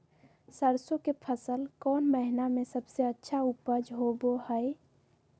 सरसों के फसल कौन महीना में सबसे अच्छा उपज होबो हय?